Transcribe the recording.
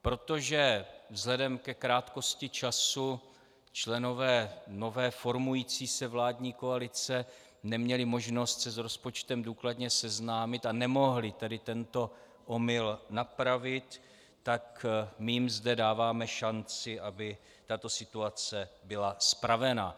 Protože vzhledem ke krátkosti času neměli členové nové formující se vládní koalice možnost se s rozpočtem důkladně seznámit, a nemohli tedy tento omyl napravit, tak jim zde dáváme šanci, aby tato situace byla spravena.